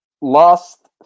last